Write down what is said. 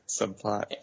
subplot